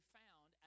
found